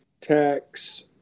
tax